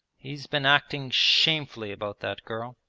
he's been acting shamefully about that girl.